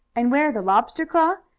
and wear the lobster claw?